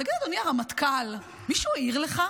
תגיד, אדוני הרמטכ"ל, מישהו העיר לך?